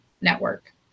network